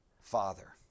Father